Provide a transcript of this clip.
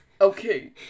Okay